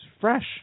fresh